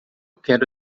quero